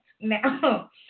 Now